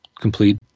complete